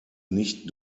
nicht